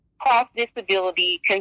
cross-disability